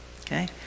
okay